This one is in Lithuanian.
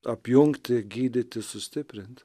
apjungti gydyti sustiprint